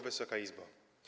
Wysoka Izbo!